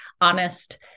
honest